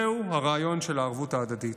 זהו הרעיון של הערבות ההדדית,